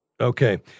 Okay